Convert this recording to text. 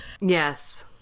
Yes